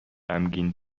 غمگین